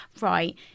right